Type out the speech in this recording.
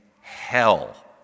hell